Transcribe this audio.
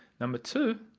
number two,